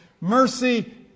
mercy